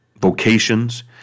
vocations